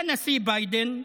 והנשיא ביידן,